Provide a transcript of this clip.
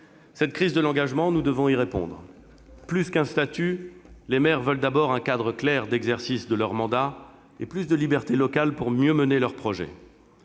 Cette crise de l'engagement, nous devons y répondre. Plus qu'un statut, les maires veulent d'abord un cadre clair d'exercice de leur mandat et plus de libertés locales pour mieux mener leurs projets.